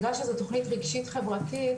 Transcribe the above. בגלל שזו תוכנית רגשית חברתית,